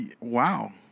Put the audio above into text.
wow